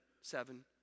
seven